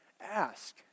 Ask